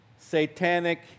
satanic